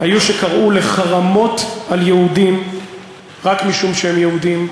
היו שקראו לחרמות על יהודים רק משום שהם יהודים.